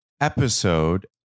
episode